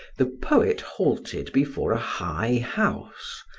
the poet halted before a high house,